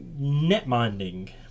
netminding